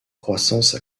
croissance